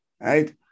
Right